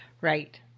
Right